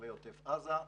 כיישובי עוטף עזה,